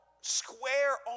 square